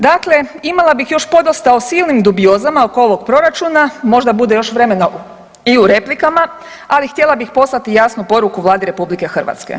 Dakle, imala bih još podosta o silnim dubiozama oko ovog proračuna, možda bude još vremena i u replikama, ali htjela bih poslati jasnu poruku Vladi RH.